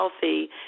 healthy